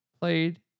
played